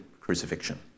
crucifixion